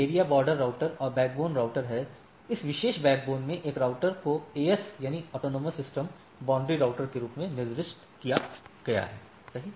area border router और backbone router हैं इस विशेष बैकबोन में एक राउटर को एएस बाउंड्री राउटर के रूप में निर्दिष्ट किया गया है सही